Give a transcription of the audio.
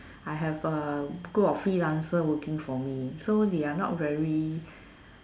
I have a group of freelancer working for me so they are not very